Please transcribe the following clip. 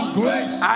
grace